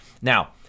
now